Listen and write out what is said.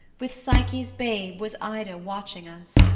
with psyche's babe, was ida watching us,